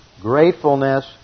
gratefulness